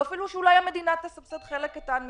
ואולי אפילו המדינה תסבסד חלק קטן מזה.